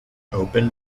opened